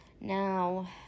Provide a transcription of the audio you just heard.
Now